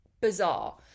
bizarre